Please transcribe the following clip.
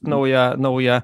naują naują